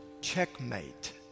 checkmate